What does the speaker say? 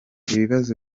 ibibazo